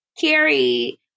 Carrie